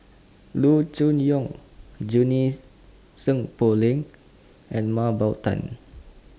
Loo Choon Yong Junie Sng Poh Leng and Mah Bow Tan